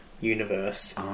universe